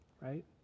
right